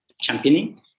championing